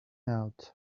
out